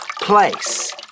place